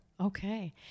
Okay